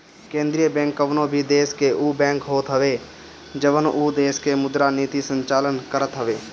केंद्रीय बैंक कवनो भी देस के उ बैंक होत हवे जवन उ देस के मुद्रा नीति के संचालन करत हवे